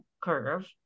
curve